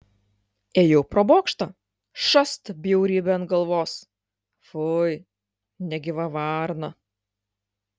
ėjau pro bokštą šast bjaurybė ant galvos fui negyva varna